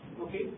Okay